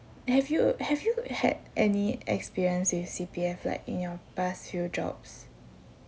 have you have you had any experience with C_P_F like in your past few jobs